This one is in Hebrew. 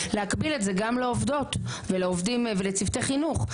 ולהקביל את זה גם לעובדות ולעובדים ולצוותי חינוך,